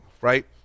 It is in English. right